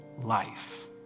life